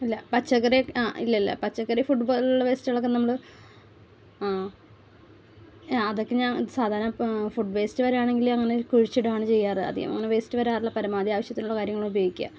ഇല്ല പച്ചക്കറിയെ ആ ഇല്ലില്ല പച്ചക്കറി ഫുഡ് പോലുള്ള വേസ്റ്റുകളൊക്കെ നമ്മൾ ആ അതൊക്കെ ഞാൻ സാധാരണ ഫുഡ് വേസ്റ്റ് വരികയാണെങ്കിൽ അങ്ങനെ കുഴിച്ചിടുകയാണ് ചെയ്യാറ് അധികം അങ്ങനെ വേസ്റ്റ് വരാറില്ല പരമാവധി ആവശ്യത്തിനുള്ള കാര്യങ്ങൾ ഉപയോഗിക്കുക